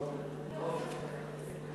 מי שאיננו נמצא, לא ישמרו לו מקום.